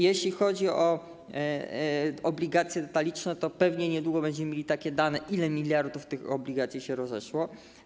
Jeśli chodzi o obligacje detaliczne, to pewnie niedługo będziemy mieli dane, ile miliardów tych obligacji się rozeszło.